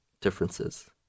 differences